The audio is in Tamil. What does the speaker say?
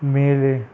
மேலே